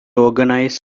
organized